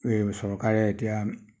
চৰকাৰে এতিয়া